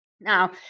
Now